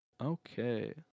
Okay